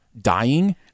dying